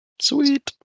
Sweet